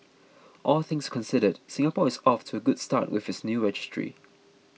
all things considered Singapore is off to a good start with its new registry